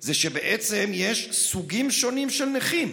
הוא שבעצם יש סוגים שונים של נכים.